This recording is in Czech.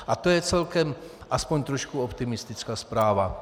A to je celkem aspoň trošku optimistická zpráva.